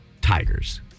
tigers